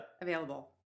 available